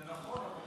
זה נכון,